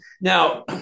now